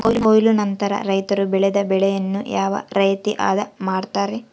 ಕೊಯ್ಲು ನಂತರ ರೈತರು ಬೆಳೆದ ಬೆಳೆಯನ್ನು ಯಾವ ರೇತಿ ಆದ ಮಾಡ್ತಾರೆ?